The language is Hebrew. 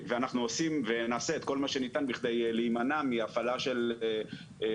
אנחנו עושים ונעשה את כל מה שניתן כדי להימנע מהפעלה של היחידות